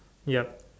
yup